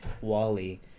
Wally